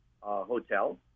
hotel